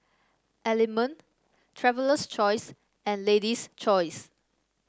Element Traveler's Choice and Lady's Choice